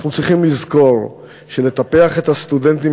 אנחנו צריכים לזכור שלטפח את הסטודנטים